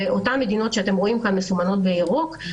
באותן מדינות שמסומנות כאן בירוק,